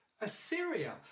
assyria